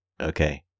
Okay